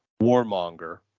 warmonger